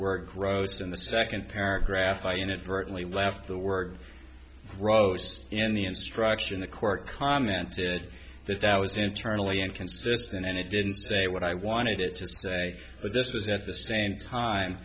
word gross in the second paragraph i inadvertently left the word roast in the instruction the court commented that that was internally inconsistent and it didn't say what i wanted it to say but this was at the same time